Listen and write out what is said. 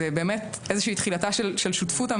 נשים.